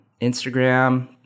instagram